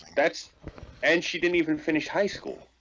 that's and she didn't even finish high school